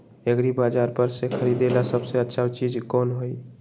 एग्रिबाजार पर से खरीदे ला सबसे अच्छा चीज कोन हई?